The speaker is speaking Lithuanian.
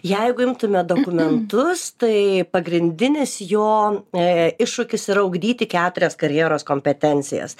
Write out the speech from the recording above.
jeigu imtume dokumentus tai pagrindinis jo e iššūkis yra ugdyti keturias karjeros kompetencijas